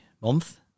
month